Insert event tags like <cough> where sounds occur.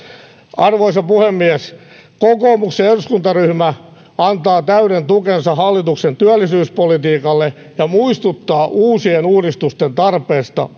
arvoisa puhemies kokoomuksen eduskuntaryhmä antaa täyden tukensa hallituksen työllisyyspolitiikalle ja muistuttaa uusien uudistusten tarpeesta <unintelligible>